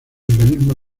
mecanismo